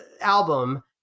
album